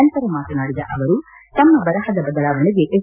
ನಂತರ ಮಾತನಾಡಿದ ಅವರು ತಮ್ಮ ಬರಪದ ಬದಲಾವಣೆಗೆ ಎಸ್